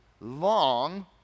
long